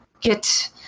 get